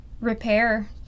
repair